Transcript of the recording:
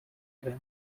drunk